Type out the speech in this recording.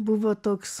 buvo toks